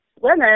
women